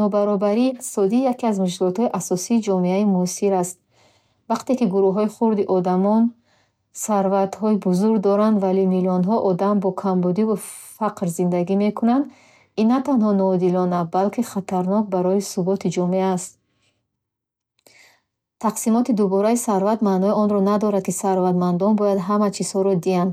Нобаробарии иқтисодӣ яке аз мушкилоти асосии ҷомеаи муосир аст. Вақте ки як гурӯҳи хурди одамон сарватҳои бузург доранд, вале миллионҳо одам бо камбудиву фақр зиндагӣ мекунанд, ин на танҳо ноодилона, балки хатарнок барои суботи ҷомеа аст. Тақсимоти дубораи сарват маънои онро надорад, ки сарватмандон бояд ҳама чизро диҳанд.